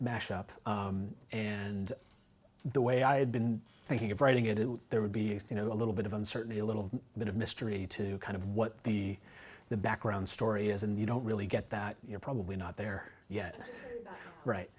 mash up and the way i had been thinking of writing it in there would be used you know a little bit of uncertainty a little bit of mystery to kind of what the the background story is and you don't really get that you're probably not there yet right